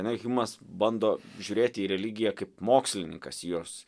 hjumas bando žiūrėti į religiją kaip mokslininkas į jos